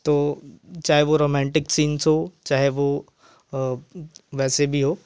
तो चाहे वह रोमेंटिक सीन्स हो चाहे वह वैसे भी हो